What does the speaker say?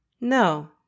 No